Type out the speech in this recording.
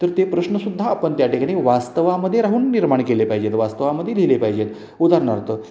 तर ते प्रश्नसुद्धा आपण त्या ठिकाणी वास्तवामध्ये राहून निर्माण केले पाहिजेत वास्तवामध्ये लिहिले पाहिजेत उदाहरणार्थ